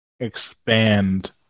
expand